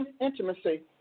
intimacy